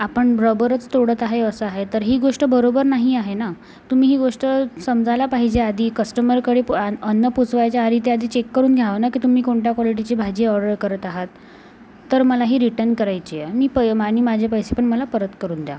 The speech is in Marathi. आपण रबरच तोडत आहे असं आहे तर ही गोष्ट बरोबर नाही आहे नं तुम्ही ही गोष्ट समजायला पाहिजे आधी कस्टमरकडे पो अन्न पोचवायच्या आधी ते आधी चेक करून घ्यावं नं की तुम्ही कोणत्या क्वॉलिटीची भाजी ऑर्डर करत आहात तर मला ही रिटन करायची आहे मी पय आणि माझे पैसेपण मला परत करून द्या